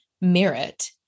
merit